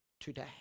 today